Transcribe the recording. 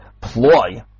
ploy